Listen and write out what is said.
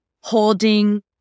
holding